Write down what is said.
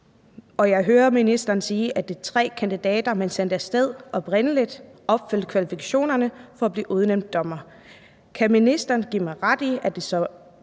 i. Jeg hører ministeren sige, at de tre kandidater, man oprindelig sendte af sted, opfyldte kvalifikationerne for at blive udnævnt til dommer. Kan ministeren give mig ret i, at det så